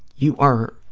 you are,